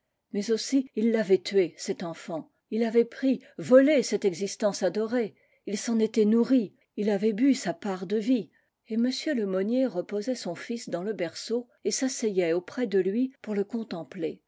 mais aussi il l'avait tuée cet enfant il avait pris volé cette existence adorée il s'en était nourri il avait bu sa part de vie et m lemonnier reposait son fils dans le berceau et s'asseyait auprès de lui pour le contempler